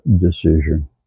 decision